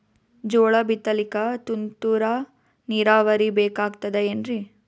ಜೋಳ ಬಿತಲಿಕ ತುಂತುರ ನೀರಾವರಿ ಬೇಕಾಗತದ ಏನ್ರೀ?